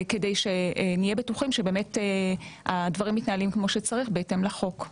כדי שנהיה בטוחים שהדברים מתנהלים כמו שצריך בהתאם לחוק.